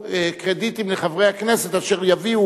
שייתנו קרדיטים לחברי הכנסת אשר יביאו